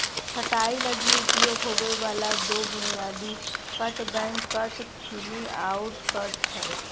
छंटाई लगी उपयोग होबे वाला दो बुनियादी cut back cut, thinning out cut हइ